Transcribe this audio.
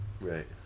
Right